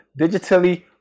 digitally